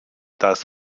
das